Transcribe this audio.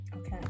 Okay